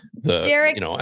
Derek